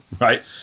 right